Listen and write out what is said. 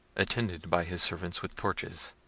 attended by his servants with torches.